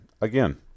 again